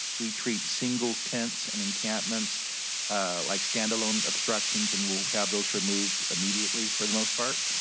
we treat single tents and encampments like standalone obstructions and we'll have those removed immediately for the most part.